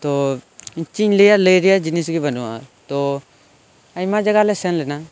ᱛᱚ ᱪᱮᱫ ᱤᱧ ᱞᱟᱹᱭᱟ ᱞᱟᱹᱭ ᱨᱮᱭᱟᱜ ᱡᱤᱱᱤᱥ ᱜᱮ ᱵᱟᱱᱩᱜᱼᱟ ᱛᱚ ᱟᱭᱢᱟ ᱡᱟᱭᱜᱟ ᱞᱮ ᱥᱮᱱ ᱞᱮᱱᱟ